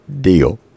deal